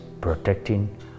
protecting